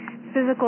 physical